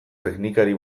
teknikari